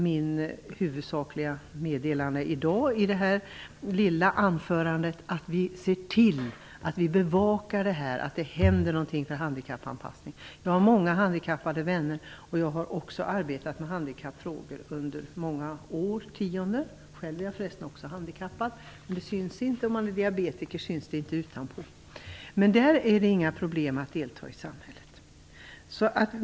Mitt huvudsakliga meddelande i dag i det här lilla anförandet är att vi skall bevaka detta, så att det händer någonting med handikappanpassningen. Jag har många handikappade vänner, och jag har arbetat med handikappfrågor under många årtionden. Jag är förresten själv handikappad, även om det inte syns - det syns inte utanpå att man är diabetiker. Men då har man inga problem att klara sig i samhället.